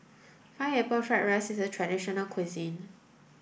pineapple fried rice is a traditional local cuisine